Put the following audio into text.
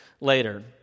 later